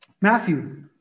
matthew